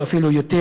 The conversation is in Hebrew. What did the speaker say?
או אפילו יותר,